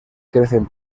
crecen